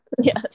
Yes